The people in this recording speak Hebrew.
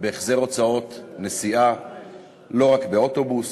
בהחזר הוצאות הנסיעה, לא רק באוטובוס,